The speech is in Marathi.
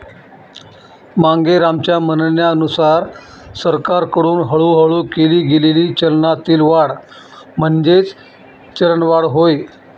मांगेरामच्या म्हणण्यानुसार सरकारकडून हळूहळू केली गेलेली चलनातील वाढ म्हणजेच चलनवाढ होय